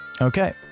Okay